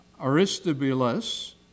Aristobulus